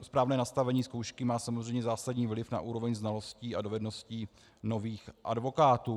Správné nastavení zkoušky má samozřejmě zásadní vliv na úroveň znalostí a dovedností nových advokátů.